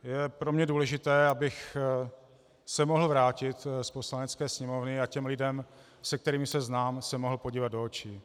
Je pro mě důležité, abych se mohl vrátit z Poslanecké sněmovny a těm lidem, se kterými se znám, se mohl podívat do očí.